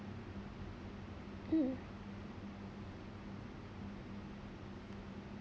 mm